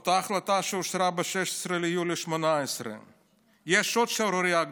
זו ההחלטה שאושרה ב-16 ביולי 2018. יש עוד שערורייה גדולה: